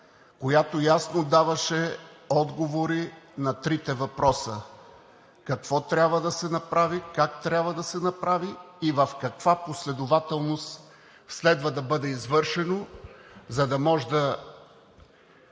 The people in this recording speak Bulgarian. която ясно даваше отговори на трите въпроса: какво трябва да се направи, как трябва да се направи и в каква последователност следва да бъде извършено, за да може да